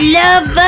love